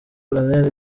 colonel